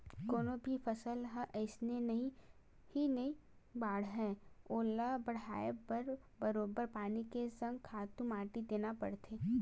कोनो भी फसल ह अइसने ही नइ बाड़हय ओला बड़हाय बर बरोबर पानी के संग खातू माटी देना परथे